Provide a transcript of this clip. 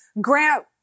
Grant